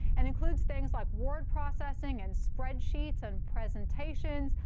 and includes things like word processing and spreadsheets and presentations,